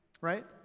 right